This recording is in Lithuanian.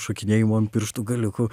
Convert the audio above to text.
šokinėjimo ant pirštų galiukų